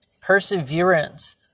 Perseverance